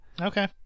Okay